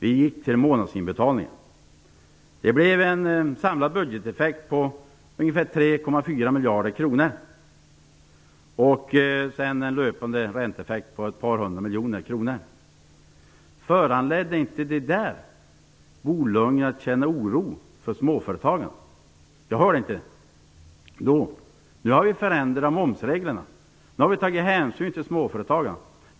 Vi införde månadsinbetalningar. Det gav en samlad budgeteffekt på ungefär 3,4 miljarder kronor och en löpande ränteeffekt på ett par hundra miljoner. Föranledde inte det Bo Lundgren att känna oro för småföretagandet? Jag hörde inte det då. Nu har vi förändrat momsreglerna och tagit hänsyn till småföretagarna.